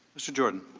mr. jordan.